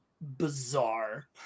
bizarre